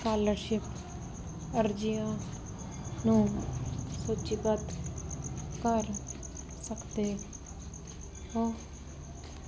scholarship ਅਰਜ਼ੀਆਂ ਨੂੰ ਸੂਚੀਬੱਧ ਕਰ ਸਕਦੇ ਹੋ